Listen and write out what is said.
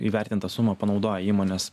įvertintą sumą panaudoja įmonės